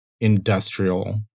industrial